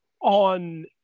on